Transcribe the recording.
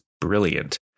brilliant